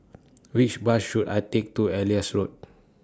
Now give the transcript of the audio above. Which Bus should I Take to Elias Road